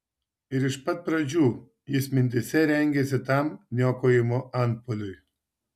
ir iš pat pradžių jis mintyse rengėsi tam niokojimo antpuoliui